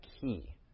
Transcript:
key